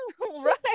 Right